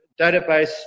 database